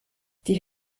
die